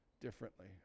differently